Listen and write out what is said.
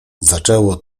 zaczęło